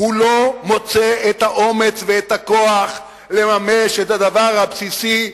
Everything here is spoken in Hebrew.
הוא לא מוצא את האומץ ואת הכוח לממש את הדבר הבסיסי: